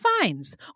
fines